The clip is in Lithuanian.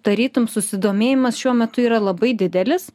tarytum susidomėjimas šiuo metu yra labai didelis